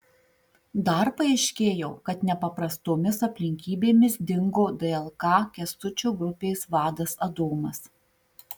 dar paaiškėjo kad nepaprastomis aplinkybėmis dingo dlk kęstučio grupės vadas adomas